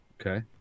Okay